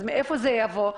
אז מאיפה זה יבוא?